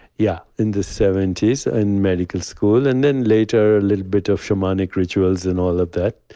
yeah. in the seventy s in medical school, and then later, a little bit of shamanic rituals and all of that.